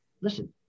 Listen